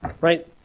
right